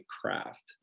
Craft